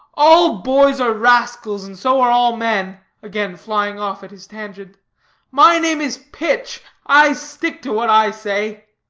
all boys are rascals, and so are all men, again flying off at his tangent my name is pitch i stick to what i say.